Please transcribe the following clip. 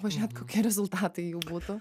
pažiūrėt kokie rezultatai jų būtų